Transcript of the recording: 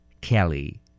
Kelly